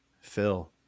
Phil